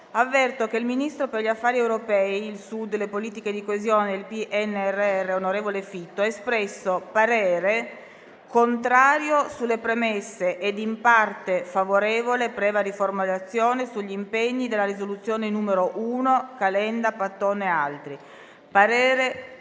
Avverto che il Ministro per gli affari europei, il Sud, le politiche di coesione e il PNRR, onorevole Fitto, ha espresso parere contrario sulle premesse ed in parte favorevole, previa riformulazione, sugli impegni della proposta di risoluzione n. 1; parere